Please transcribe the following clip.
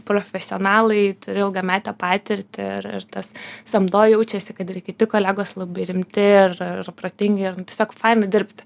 profesionalai turi ilgametę patirtį ir ir tas samdoj jaučiasi kad ir kiti kolegos labai rimti ir ir protingi ir tiesiog faina dirbt